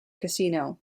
casino